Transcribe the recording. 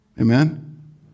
Amen